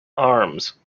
arms